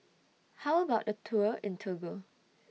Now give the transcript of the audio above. How about A Tour in Togo